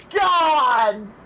God